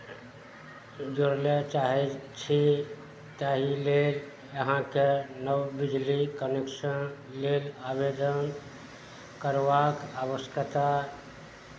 ओ जोड़य लेल चाहै छी ताहि लेल अहाँके नव बिजली कनेक्शन लेल आवेदन करबाक आवश्यकता